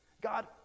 God